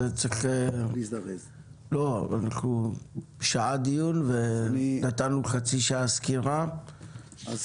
יש לנו שעה דיון ונתנו חצי שעה סקירה,